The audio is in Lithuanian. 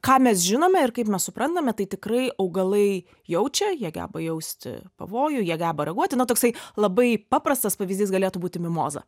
ką mes žinome ir kaip mes suprantame tai tikrai augalai jaučia jie geba jausti pavojų jie geba reaguoti na toksai labai paprastas pavyzdys galėtų būti mimoza